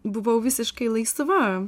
buvau visiškai laisva